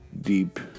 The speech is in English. deep